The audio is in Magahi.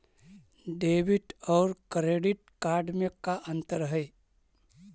डेबिट और क्रेडिट कार्ड में का अंतर है?